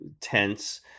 tense